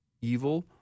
evil